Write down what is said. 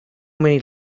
many